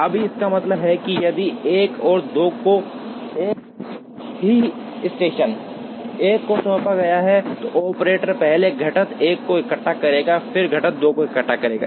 अब इसका मतलब है कि यदि 1 और 2 को एक ही स्टेशन 1 को सौंपा गया है ऑपरेटर पहले घटक 1 को इकट्ठा करेगा और फिर घटक 2 को इकट्ठा करेगा